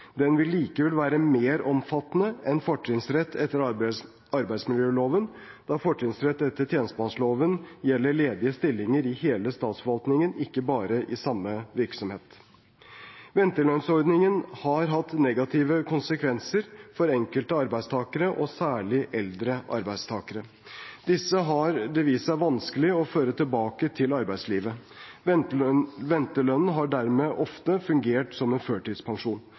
Den vil likevel være mer omfattende enn fortrinnsrett etter arbeidsmiljøloven, da fortrinnsretten etter tjenestemannsloven gjelder ledige stillinger i hele statsforvaltningen, ikke bare i samme virksomhet. Ventelønnsordningen har hatt negative konsekvenser for enkelte arbeidstakere – særlig eldre arbeidstakere. Disse har det vist seg vanskelig å føre tilbake til arbeidslivet. Ventelønnen har dermed ofte fungert som en førtidspensjon.